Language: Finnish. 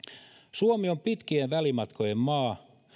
suomi on pitkien välimatkojen maa